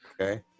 Okay